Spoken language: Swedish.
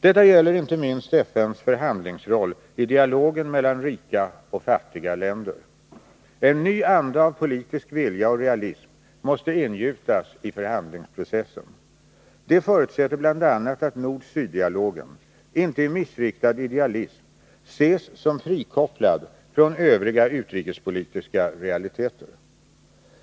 Detta gäller inte minst FN:s förhandlingsroll i dialogen mellan rika och fattiga länder. En ny anda av politisk vilja och realism måste ingjutas i förhandlingsprocessen. Det förutsätter bl.a. att nord-syd-dialogen inte i missriktad idealism ses som frikopplad från övriga utrikespolitiska realiteter.